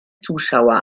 zuschauer